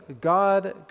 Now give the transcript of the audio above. God